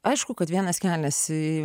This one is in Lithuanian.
aišku kad vienas keliasi